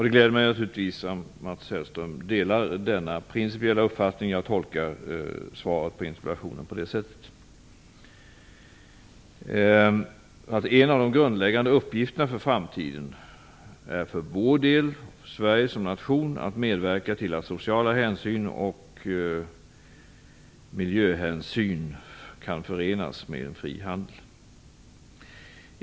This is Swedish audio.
Det gläder mig naturligtvis att Mats Hellström delar denna principiella uppfattning. Jag tolkar svaret på interpellationen så. En av de grundläggande uppgifterna för framtiden är för Sverige som nation att medverka till att sociala hänsyn och miljöhänsyn kan förenas med en fri handel.